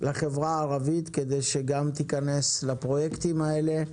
לחברה הערבית, כדי שגם היא תיכנס לפרויקטים האלה.